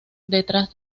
detrás